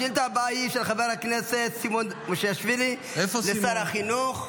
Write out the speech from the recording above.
השאילתה הבאה היא של חבר הכנסת סימון מושיאשוילי לשר החינוך.